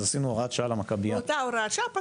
אז עשינו הוראת שעה על המכביה.